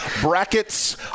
brackets